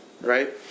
right